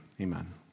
amen